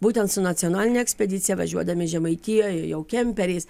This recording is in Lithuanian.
būtent su nacionaline ekspedicija važiuodami žemaitijoj jau kemperiais